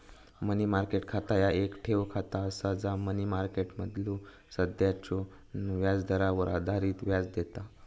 मनी market खाता ह्या येक ठेव खाता असा जा मनी मार्केटमधलो सध्याच्यो व्याजदरावर आधारित व्याज देता